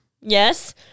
Yes